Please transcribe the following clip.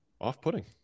Off-putting